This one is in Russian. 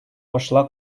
пошла